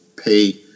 pay